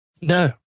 No